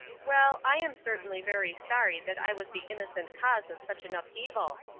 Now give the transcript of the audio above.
well, i am certainly very sorry that i was the innocent cause of such an upheaval,